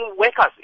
workers